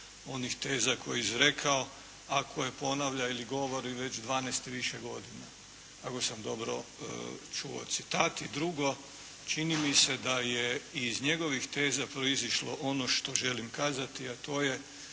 onih teza koje je izrekao, a koje ponavlja ili govori već dvanaest i više godina, ako sam dobro čuo citat. I drugo, čini mi se da je iz njegovih teza proizišlo ono što želim kazati, a to je